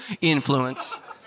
influence